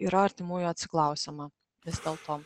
yra artimųjų atsiklausiama vis dėlto